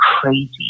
crazy